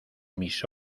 mis